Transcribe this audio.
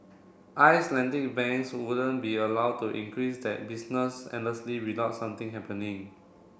Icelandic banks wouldn't be allowed to increase that business endlessly without something happening